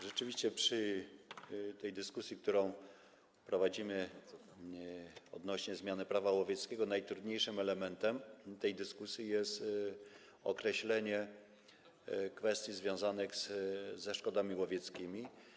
Rzeczywiście w tej dyskusji, którą prowadzimy odnośnie do zmiany Prawa łowieckiego, najtrudniejszym elementem jest określenie kwestii związanych ze szkodami łowieckimi.